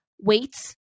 weights